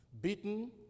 beaten